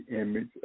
image